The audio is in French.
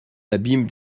l’abîme